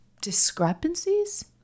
discrepancies